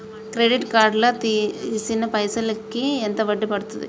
Credit card లా తీసిన పైసల్ కి ఎంత వడ్డీ పండుద్ధి?